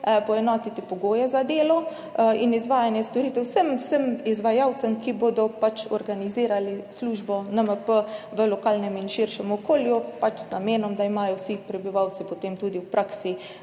poenotiti pogoje za delo in izvajanje storitev vsem izvajalcem, ki bodo organizirali službo NMP v lokalnem in širšem okolju z namenom, da imajo vsi prebivalci potem tudi v praksi